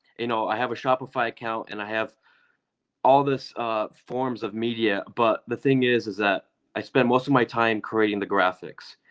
you know i have a shopify account and i have all this forms of media. but the thing is, is that i spend most of my time creating the graphics.